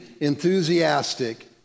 enthusiastic